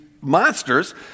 monsters